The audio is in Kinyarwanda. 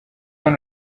hano